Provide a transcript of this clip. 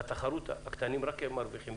בתחרות הקטנים רק מרוויחים,